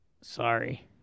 sorry